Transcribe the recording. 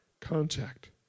contact